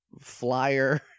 flyer